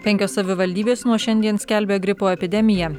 penkios savivaldybės nuo šiandien skelbia gripo epidemiją